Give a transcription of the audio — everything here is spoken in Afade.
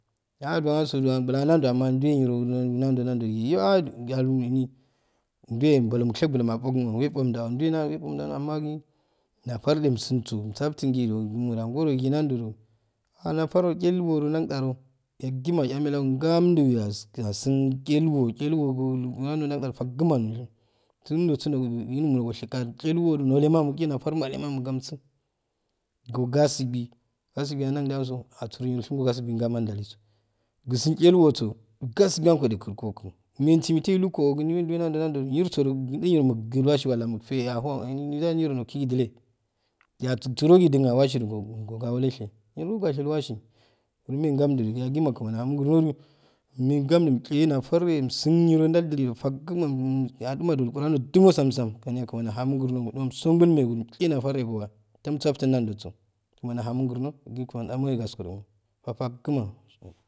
Juwan asso duwan bulan a nan jo amma duwe niro nan jo nan jo jige yo ahjuchalominni juwe bulo mukshe bulo mafogmm o wefonjao juwe nan ubo we fomdajo amma gi nafare im gin so imsinso imsaftingi ju mora gorogi nan joju hana fur jo chelworo nan jaro yagima acha ame lago gam ji yagn gisin chelwo chei wo go luburan nandalro fagmano shim sun jo sundojo gi ilumndo oshe gaju cheiwojo nulloma muche nata mate ma mugamsi go gasibbi yan nun di anso asuro nuro shim go gasibbi gama jaliso gisun chelwoso gasibi nogojo makrkoku men si mitelh kogu nijo juwe nanjo nan jo yirso ju kinne yirol wasi wala mute aho ehin nidi nan jo nokiki jite yasun saro gidan dinawasiju go gowole she yiri go galeshe wasi nur immeye gamujuju yagma kmani aha mo grno ju immate gamjuju immche nafaro imsun niro jaddili jo fagmamo aduma jo luburan sam sam kaniya km ani ahamo grno jo imsoqulmegi imche nafar echowa tamsaftin nan joso kmani ahamo grno grno ki kmani amagoyo aaskoromo fafagma.